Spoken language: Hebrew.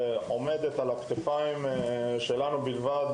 נמצאת על הכתפיים שלנו בלבד,